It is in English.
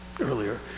earlier